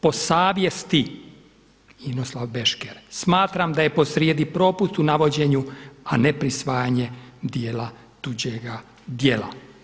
Po savjesti Inoslav Bešker smatram da je posrijedi propust u navođenju, a ne prisvajanje dijela tuđega djela“